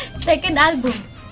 second album!